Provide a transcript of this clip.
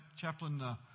Chaplain